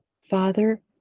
Father